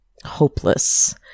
hopeless